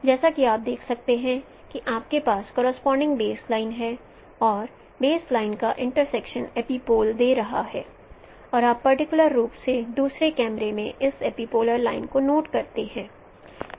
जैसा कि आप देख सकते हैं कि आपके पास करोसपोंडिंग बेस लाइन है और बेस लाइन का इंट्रसेक्शन एपिपोल दे रहा है और आप पर्टिकुलर रूप से दूसरे कैमरे में इस एपिपोलर लाइन को नोट करते हैं